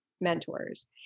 mentors